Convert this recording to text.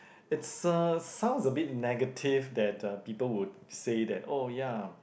it's a sounds a bit negative that the people would say that oh ya